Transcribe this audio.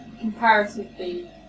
comparatively